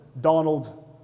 Donald